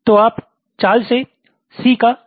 तो आप चाल से C का चयन करें